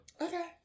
Okay